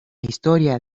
historia